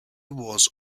was